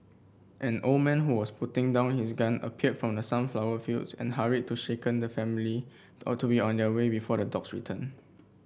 an old man who was putting down his gun appeared from the sunflower fields and hurried to shaken the family out to be on their way before the dogs return